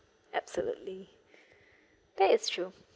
absolutely that is true